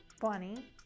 Bunny